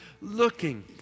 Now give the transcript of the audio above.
looking